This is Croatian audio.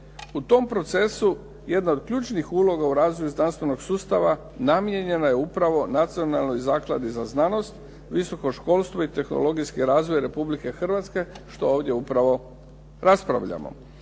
U tom procesu jedna od ključnih uloga u razvoju znanstvenog sustava namijenjena je upravo Nacionalnoj zakladi za znanost, visoko školstvo i tehnologijski razvoj Republike Hrvatske što ovdje upravo raspravljamo.